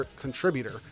contributor